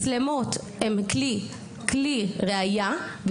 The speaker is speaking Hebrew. מצלמות הן כלי ראייה,